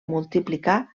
multiplicar